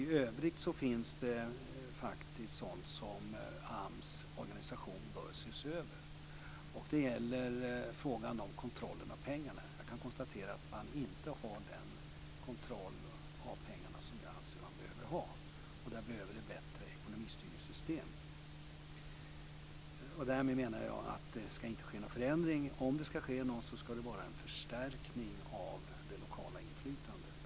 I övrigt finns det faktiskt punkter där AMS organisation bör ses över. Det gäller frågan om kontrollen över pengarna. Jag kan konstatera att man inte har den kontroll över pengarna som jag anser att man behöver ha. Där behövs det bättre ekonomistyrningssystem. Därmed menar jag att det inte ska ske någon förändring. Om det ska ske någon förändring ska det vara en förstärkning av det lokala inflytandet.